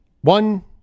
One